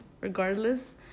regardless